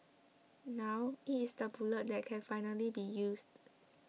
now it is the bullet that can finally be used